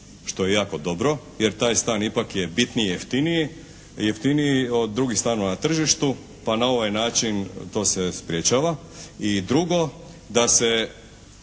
što je jako dobro. Jer taj stan ipak je bitno jeftiniji od drugih stanova na tržištu pa na ovaj način to se sprečava. I drugo da se